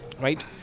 right